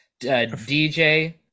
DJ